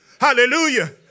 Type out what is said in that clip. Hallelujah